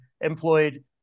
employed